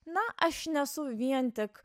na aš nesu vien tik